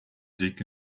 dig